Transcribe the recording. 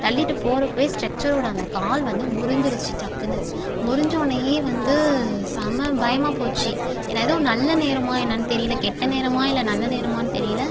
தள்ளிகிட்ட போகறப்பயே ஸ்டெக்ச்சரோட அந்த கால் வந்து முறிஞ்சிருச்சு டக்குன்னு முறிஞ்சோனயே வந்து செம பயமாக போச்சு நான் எதோ நல்ல நேரமாக என்னான்னு தெரியல கெட்ட நேரமாக இல்லை நல்ல நேரமான்னு தெரியல